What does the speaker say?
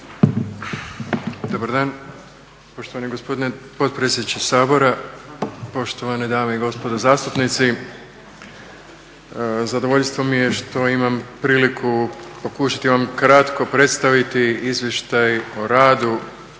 Dobar dan. Poštovani gospodine potpredsjedniče Sabora, poštovane dame i gospodo zastupnici zadovoljstvo mi je što imam priliku pokušati vam kratko predstaviti izvještaj o radu